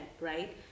Right